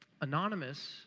anonymous